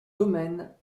domaine